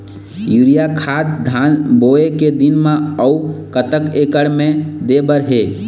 Urea खाद धान बोवे के दिन म अऊ कतक एकड़ मे दे बर हे?